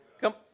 Come